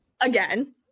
again